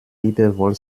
liebevoll